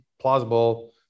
plausible